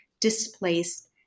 displaced